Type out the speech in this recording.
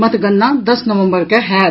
मतगणना दस नवंबर के होयत